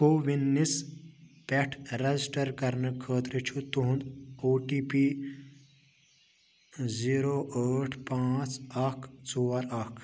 کووِنِس پٮ۪ٹھ رٮ۪جسٹَر کَرنہٕ خٲطرٕ چھُ تُہُنٛد او ٹی پی زیٖرو ٲٹھ پانٛژھ اَکھ ژور اَکھ